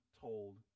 told